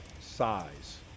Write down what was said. size